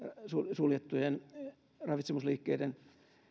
suljettujen ravitsemusliikkeiden